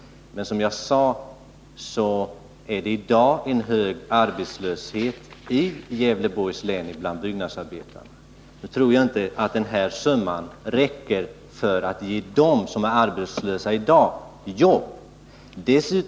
Men som jag sade är det i dag stor arbetslöshet i Gävleborgs län bland byggnadsarbetarna. Jag tror inte att denna summa räcker för att ge dem som är arbetslösa i dag jobb.